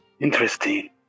interesting